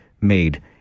made